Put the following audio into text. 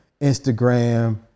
Instagram